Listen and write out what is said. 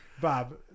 Bob